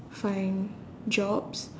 find jobs